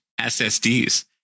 ssds